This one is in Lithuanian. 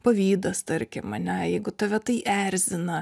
pavydas tarkim ane jeigu tave tai erzina